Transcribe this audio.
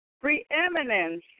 Preeminence